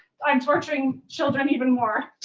i'm torturing children even more.